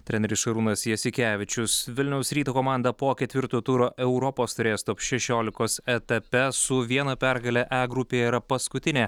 treneris šarūnas jasikevičius vilniaus ryto komanda po ketvirto turo europos taurės top šešiolikos etape su viena pergale e grupėje yra paskutinė